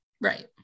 right